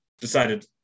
decided